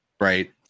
Right